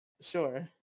Sure